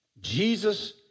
Jesus